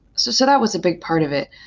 so so that was a big part of it.